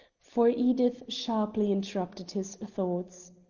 for edith sharply interrupted his thoughts.